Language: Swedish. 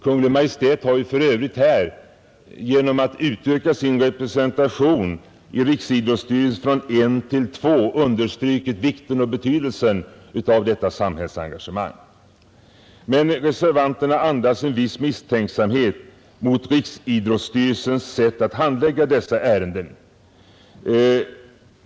Kungl. Maj:t har ju för övrigt här genom att utöka sin representation i riksidrottsstyrelsen från en till två understrukit vikten och betydelsen av detta samhällets engagemang. Men reservanterna andas en viss misstänksamhet mot riksidrottsstyrelsens sätt att handlägga dessa ärenden.